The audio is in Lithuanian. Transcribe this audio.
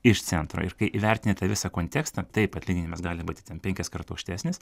iš centro ir kai įvertini visą kontekstą taip atlyginimas gali būti ten penkiskart aukštesnis